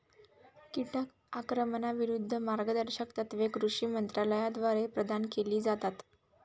कीटक आक्रमणाविरूद्ध मार्गदर्शक तत्त्वे कृषी मंत्रालयाद्वारे प्रदान केली जातात